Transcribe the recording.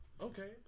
Okay